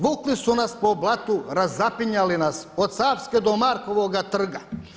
Vukli su nas po blatu, razapinjali nas, od Savske do Markovoga trga.